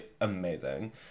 Amazing